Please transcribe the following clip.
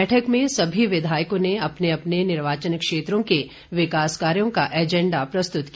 बैठक में विधायकों ने अपने अपने निर्वाचन क्षेत्रों के विकास कार्यों का एजेन्डा प्रस्तुत किया